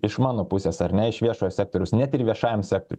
iš mano pusės ar ne iš viešojo sektoriaus net ir viešajam sektoriui